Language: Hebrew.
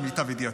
למיטב ידיעתי.